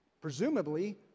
presumably